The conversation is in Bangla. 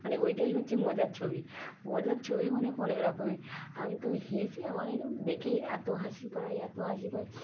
মানে ওইটাই হচ্ছে মজার ছবি মজার ছবি মানে অনেক রকমের আমি তো হেসে মানে দেখে এতো হাসি পায় এতো হাসি পায়